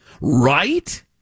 Right